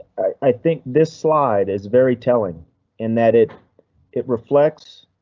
i think this slide is very telling and that it it reflects.